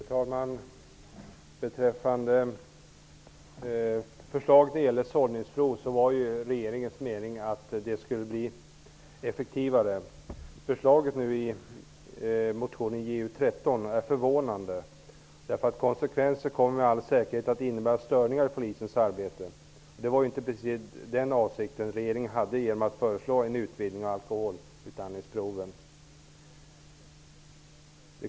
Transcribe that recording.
Fru talman! Beträffande förslaget om sållningsprov var ju regeringens mening att det skulle bli effektivare. Förslaget i motionen Ju13 är förvånande, eftersom det med all säkerhet kommer att innebära störningar i polisens arbete, och det var ju inte precis den avsikten regeringen hade då man föreslog en utvidgning av alkoholutandningsproven.